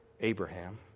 Abraham